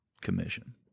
Commission